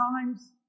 times